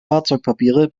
fahrzeugpapiere